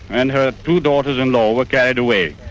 and her two daughters-in-law were carried away.